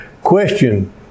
Question